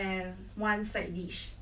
oh sounds good though